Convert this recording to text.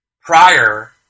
prior